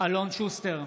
אלון שוסטר,